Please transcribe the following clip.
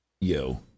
Yo